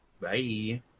Bye